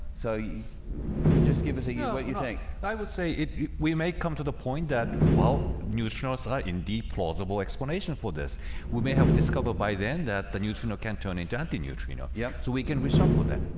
so you you just give us a yeah what you think i would say it we may come to the point that well neutrinos are indeed plausible explanation for this we may have discovered by then that the neutrino can turn into a neutrino yeah, so we can we suffer them.